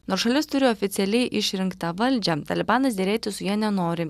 nors šalis turi oficialiai išrinktą valdžią talibanas derėtis su ja nenori